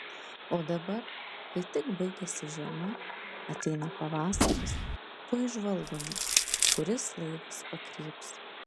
o dabar kai tik baigiasi žiema ateina pavasaris tuoj žvalgomės kuris laivas pakryps